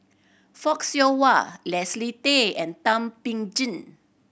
Fock Siew Wah Leslie Tay and Thum Ping Tjin